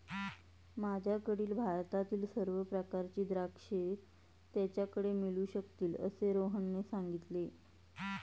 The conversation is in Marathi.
माझ्याकडील भारतातील सर्व प्रकारची द्राक्षे त्याच्याकडे मिळू शकतील असे रोहनने सांगितले